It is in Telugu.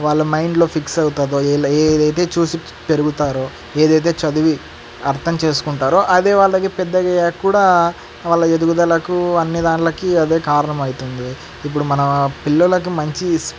వాళ్ళ మైండ్ లో ఫిక్స్ అవుతుందో ఏదైతే చూసి పెరుగుతారో ఏదైతే చదివి అర్థం చేసుకుంటారో అదే వాళ్ళకి పెద్దయ్యక కూడా వాళ్ళ ఎదుగుదలకు అన్నిటికి అదే కారణమవుతుంది ఇప్పుడు మన పిల్లలకు మంచి